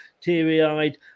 teary-eyed